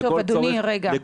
לכל צורך --- טוב, אדוני, רגע.